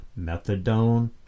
methadone